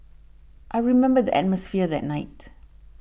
I remember the atmosphere that night